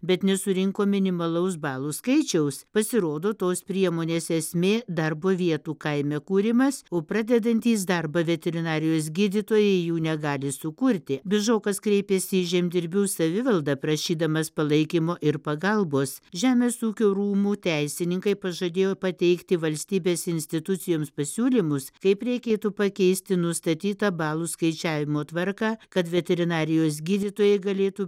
bet nesurinko minimalaus balų skaičiaus pasirodo tos priemonės esmė darbo vietų kaime kūrimas o pradedantys darbą veterinarijos gydytojai jų negali sukurti bižokas kreipėsi į žemdirbių savivaldą prašydamas palaikymo ir pagalbos žemės ūkio rūmų teisininkai pažadėjo pateikti valstybės institucijoms pasiūlymus kaip reikėtų pakeisti nustatytą balų skaičiavimo tvarką kad veterinarijos gydytojai galėtų